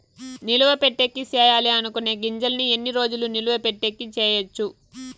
నిలువ పెట్టేకి సేయాలి అనుకునే గింజల్ని ఎన్ని రోజులు నిలువ పెట్టేకి చేయొచ్చు